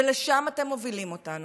ולשם אתם מובילים אותנו,